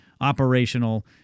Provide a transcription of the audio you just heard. operational